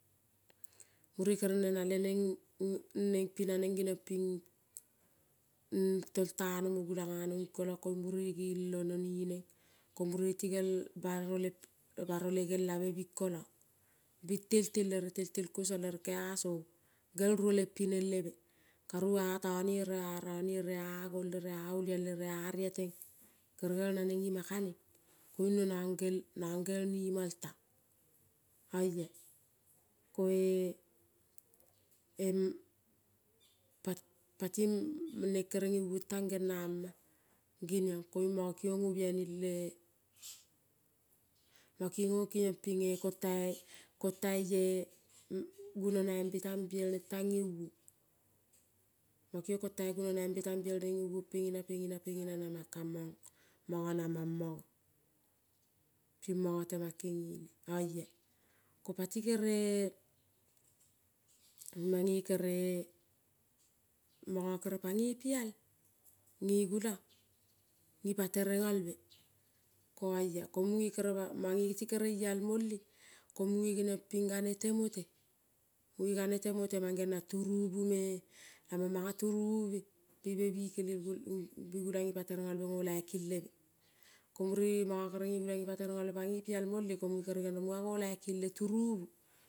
Mure kere nena leneng nengpi naneng geniang ping ngtoltano mo guilang ngano ning kolang koing mura gel ono ne neng kko mure ti gel baro le, barole gel ave bing kolang bi teltel ere teltel kosa ere keaso gel ruole pineng leve karu atane ere arane ere agol ere aolial ere ariateng ere kevek naneng ima kaneng koiung no nang gel, nang gel, nang gel nemangtang ola. Koe mpat patim ne kere ngeong tang gena ma geniong koiung manga kingong ngo biainile manga kingong kiong pinge kontai, kontaie buela navembe tang biel neng tang evong. Ko kiong kontai gunonai be tang biel neng ngerong pengina, pengina, pengina namang kamang manga namang mang. Ping manga te mang ke ngene oia. Ko pati kere, mange kere manga ke pangi pial nge gulang ngi patere ngalve ko oia ko munge kere ma mangeti kere ial mole ko muge geniong ping gane temote. Muge gane temote mangeong na turuvume lamong manga turuvumbe ibe bikelel gonu gi gulang ngipaterengalve ngo laiki lebe. Ko mure manga kere nge gulang ngipa terengalve pangoi pial mole ko muge kere geniong rong muga ngo laikile